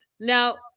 Now